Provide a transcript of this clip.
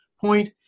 point